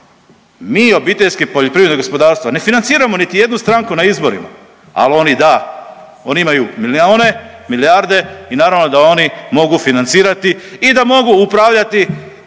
Mi obiteljski poljoprivredni gospodarstva ne financiramo niti jednu stranku na izborima, ali oni da, oni imaju milione, milijarde i naravno da oni mogu financirati i da mogu upravljati